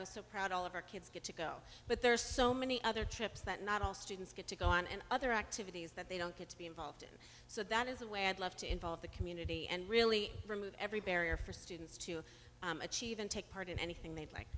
was so proud all of our kids get to go but there are so many other trips that not all students get to go on and other activities that they don't get to be involved in so that is a way i'd love to involve the community and really remove every barrier for students to achieve and take part in anything they'd like